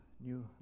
new